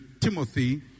Timothy